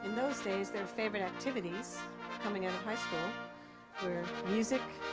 those days, their favorite activities coming out of high school music,